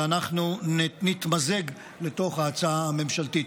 ואנחנו נתמזג לתוך ההצעה הממשלתית.